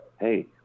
Hey